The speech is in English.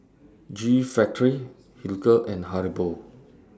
G Factory Hilker and Haribo